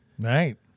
Right